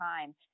time